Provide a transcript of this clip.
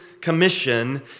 commission